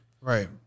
Right